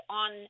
on